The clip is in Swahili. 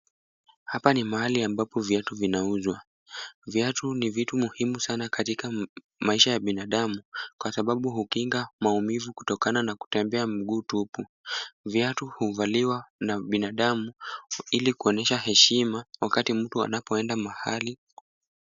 Hapa ni mahali ambapo viatu vinauzwa. Viatu ni vitu muhimu sana katika maisha ya binadamu, kwa sababu hukinga maumivu kutokana na kutembea mguu tupu. Viatu huvaliwa na binadamu ili kuonyesha heshima wakati mtu anapoenda mahali.